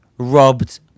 robbed